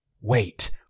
Wait